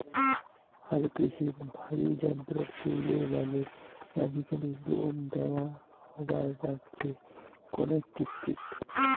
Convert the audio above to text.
হালকৃষিত ভারী যন্ত্রর চইলের বাদে আজিকালি লোন দ্যাওয়া হবার নাইগচে কণেক কিস্তিত